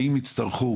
ואם יצטרכו